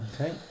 Okay